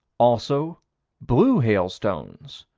also blue hailstones,